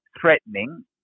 threatening